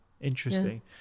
interesting